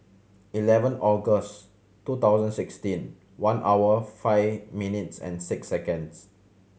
eleven August two thousand sixteen one hour five minutes and six seconds